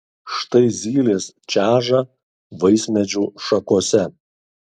štai zylės čeža vaismedžių šakose